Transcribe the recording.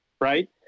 right